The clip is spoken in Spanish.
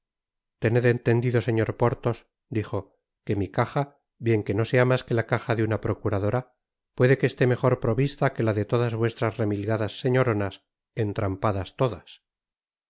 tened entendido señor porthos dijo que mi caja bien que no sea mas que la caja de una procuradora puede que esté mejor provista que la de todas vuestras remilgadas señoronas entrampadas todas